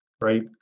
Right